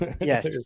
Yes